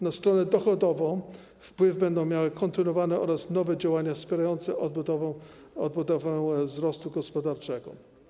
Na stronę dochodową wpływ będą miały kontynuowane oraz nowe działania wspierające odbudowę wzrostu gospodarczego.